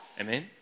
Amen